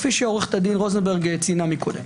כפי שעורכת הדין רוזנברג ציינה קודם.